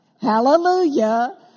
hallelujah